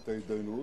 את ההתדיינות,